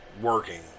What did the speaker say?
working